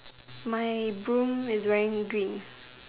my broom is wearing green